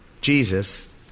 Jesus